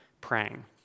praying